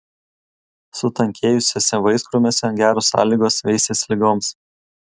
sutankėjusiuose vaiskrūmiuose geros sąlygos veistis ligoms